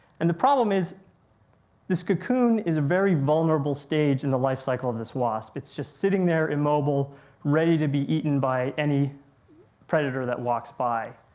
and the problem is this cocoon is a very vulnerable stage in the lifecycle of this wasp. it's just sitting there immobile ready to be eaten by any predator that walks by.